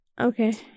okay